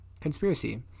conspiracy